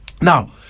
Now